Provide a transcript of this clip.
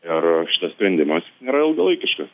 ir šitas sprendimas nėra ilgalaikiškas